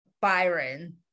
byron